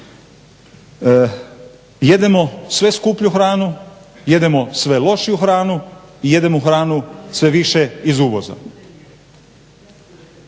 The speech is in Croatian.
Jedemo sve skuplju hranu, jedemo sve lošiju hranu i jedemo hranu sve više iz uvoza.